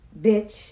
bitch